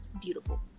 beautiful